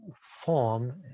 form